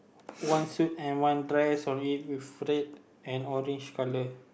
once suit and one dress on it with red and orange color